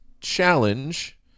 challenge